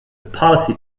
policy